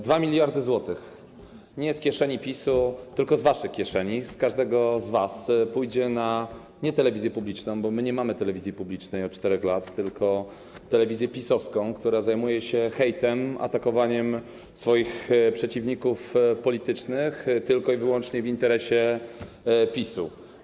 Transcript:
2 mld zł nie z kieszeni PiS-u, tylko z waszych kieszeni, każdego z was pójdzie nie na telewizję publiczną, bo my nie mamy telewizji publicznej od 4 lat, tylko na telewizję PiS-owską, która zajmuje się hejtem, atakowaniem swoich przeciwników politycznych, działaniem tylko i wyłącznie w interesie PiS-u.